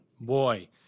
Boy